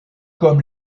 comme